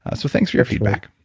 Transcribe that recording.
ah so thanks for your feedback